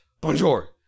bonjour